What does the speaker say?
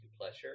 pleasure